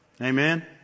Amen